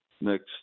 next